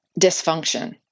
dysfunction